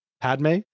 Padme